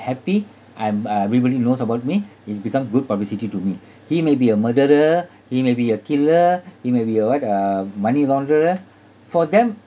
happy I'm uh everybody knows about me is become good publicity to me he may be a murderer he may be a killer he may be a what uh money launderer for them